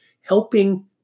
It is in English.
helping